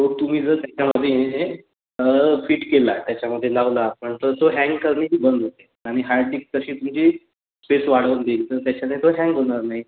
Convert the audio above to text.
तो तुम्ही जर त्याच्यामध्ये फिट केला त्याच्यामध्ये लावला आपण तर तो हँग करणेही बंद होते आणि हार्डडिक्स तशी म्हणजे स्पेस वाढवून दील तर त्याच्याने तो हँग होणार नाही